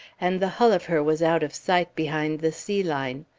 and the hull of her was out of sight behind the sea-line.